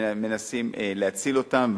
והם מנסים להציל אותם.